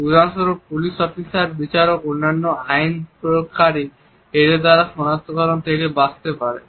উদাহরণস্বরূপ police officer বিচারক অন্যান্য আইন প্রয়োগকারী এদের দ্বারা সনাক্তকরণ থেকে বাঁচতে পারে